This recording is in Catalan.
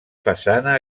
façana